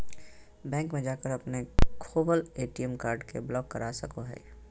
bank में जाकर अपने खोवल ए.टी.एम कार्ड के ब्लॉक करा सको हइ